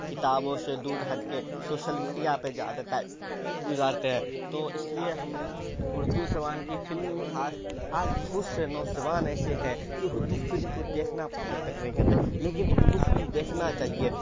کتابوں سے دور ہٹ کے سوشل میڈیا پہ زیادہ ٹائم گزارتے ہیں تو اس لیے ہم اردو زبان کی فلم آج بہت سے نوجوان ایسے ہے کہ اردو فلم کو دیکھنا پسند تک نہیں کرتے لیکن اردو فلم دیکھنا چاہیے